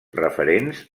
referents